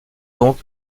donc